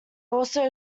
also